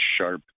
sharp